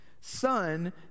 Son